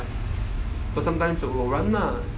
but sometimes I will run lah